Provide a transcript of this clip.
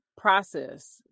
Process